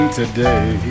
today